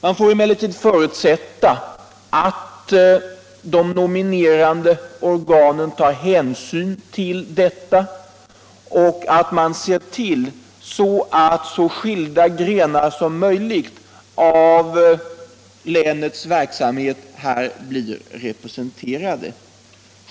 Man får emellertid förutsätta att de nominerande organen tar hänsyn till detta och ser till att så skilda grenar som möjligt av länets verksamhet blir representerade.